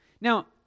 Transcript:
Now